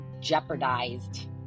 jeopardized